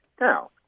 Now